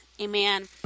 Amen